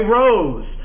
rose